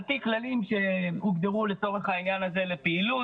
על פי כללים שהוגדרו לצורך העניין הזה לפעילות.